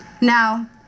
Now